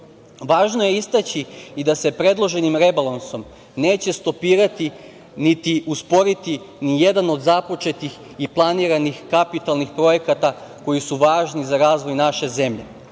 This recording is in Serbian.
je istaći i da se predloženim rebalansom neće stopirati, niti usporiti ni jedan od započetih i planiranih kapitalnih projekata, koji su važni za razvoj naše zemlje.